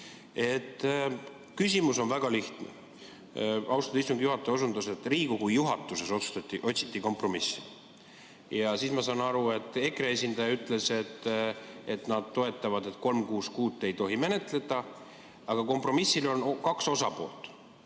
Küsimus on väga lihtne. Austatud istungi juhataja osundas, et Riigikogu juhatuses otsiti kompromissi. Ja siis, ma saan aru, EKRE esindaja ütles: nad toetavad seda, et 366 SE-d ei tohi menetleda. Aga kompromissil on kaks osapoolt,